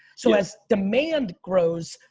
so as demand grows,